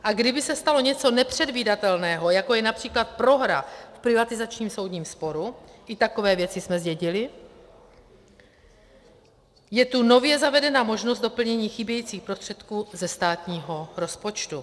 A kdyby se stalo něco nepředvídatelného, jako je například prohra v privatizačním v soudním sporu, i takové věci jsme zdědili, je tu nově zavedena možnost doplnění chybějících prostředků ze státního rozpočtu.